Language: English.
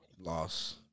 Loss